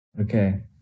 Okay